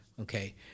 Okay